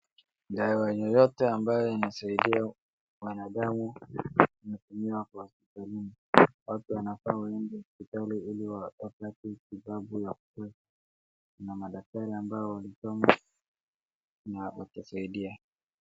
Dawa yeyote ambayo inasaidia mwanadamu inatumiwa kwa hospitalini, watu wanafaa waende hospitali ili wapate matibabu ya kutosha, kuna madaktari ambao wamesoma na watasidia.